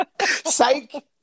psych